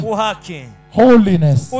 holiness